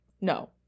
No